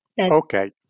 okay